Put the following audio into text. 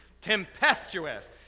tempestuous